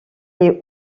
est